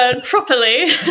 properly